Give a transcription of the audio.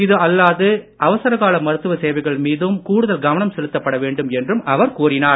இது அல்லாது அவசரகால மருத்துவ சேவைகள் மீதும் கூடுதல் கவனம் செலுத்தப்பட வேண்டும் என்று அவர் கூறினார்